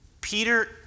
Peter